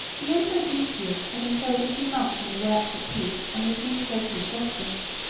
the emperor decius had employed a few months in the works of peace and the administration of justice,